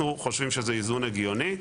אנחנו חושבים שזה איזון הגיוני.